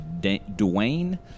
Dwayne